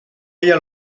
ella